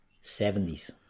seventies